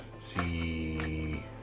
see